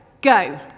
go